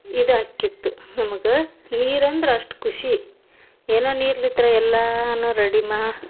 ಇದು ಆಕಿತ್ತು ನಮ್ಗೆ ನೀರು ಅಂದ್ರೆ ಅಷ್ಟು ಖುಷಿ ಏನೋ ನೀರ್ಲಿತ್ರ ಎಲ್ಲನೂ ರೆಡಿ ಮಾ